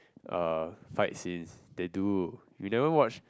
uh fight scenes they do you never watch